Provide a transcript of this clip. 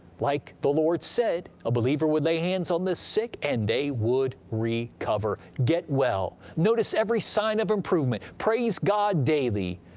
like the lord said, a believer would lay hands on the sick and they would recover. get well! notice every sign of improvement, praise god daily,